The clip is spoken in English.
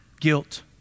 Guilt